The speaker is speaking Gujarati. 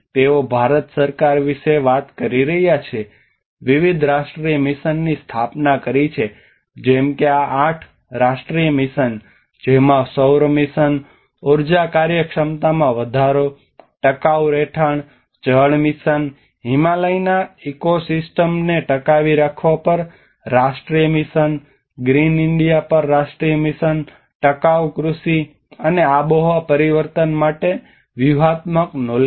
તેઓ ભારત સરકાર વિશે વાત કરી રહ્યા છે વિવિધ રાષ્ટ્રીય મિશનની સ્થાપના કરી છે જેમ કે આ આઠ રાષ્ટ્રીય મિશન જેમાં સૌર મિશન ઉર્જા કાર્યક્ષમતામાં વધારો ટકાઉ રહેઠાણ જળ મિશન હિમાલયના ઇકોસિસ્ટમ્સને ટકાવી રાખવા પર રાષ્ટ્રીય મિશન ગ્રીન ઇન્ડિયા પર રાષ્ટ્રીય મિશન ટકાઉ કૃષિ અને આબોહવા પરિવર્તન માટે વ્યૂહાત્મક નોલેજ